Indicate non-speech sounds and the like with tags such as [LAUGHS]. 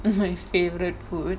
[LAUGHS] my favourite food